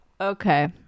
Okay